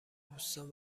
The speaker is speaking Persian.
دوستان